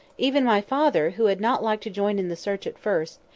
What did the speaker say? even my father, who had not liked to join in the search at first,